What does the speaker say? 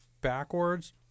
backwards